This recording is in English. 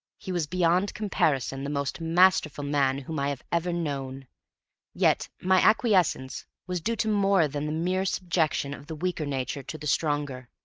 he was beyond comparison the most masterful man whom i have ever known yet my acquiescence was due to more than the mere subjection of the weaker nature to the stronger.